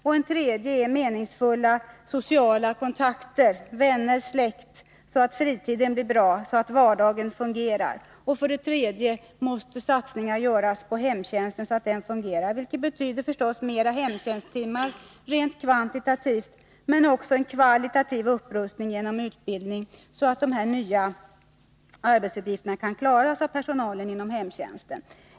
För det tredje krävs meningsfulla sociala kontakter — vänner, släkt — så att fritiden blir bra, så att vardagen fungerar. För det fjärde måste satsningar göras på hemtjänsten, så att den fungerar, vilket givetvis betyder mer hemtjänsttimmar rent kvantitativt, men också en kvalitativ upprustning genom utbildning, så att dessa nya arbetsuppgifter kan klaras av personalen inom hemtjänsten.